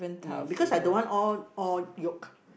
mm because I don't want all all yolk